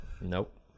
Nope